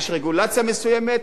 יש רגולציה מסוימת,